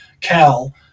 Cal